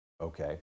okay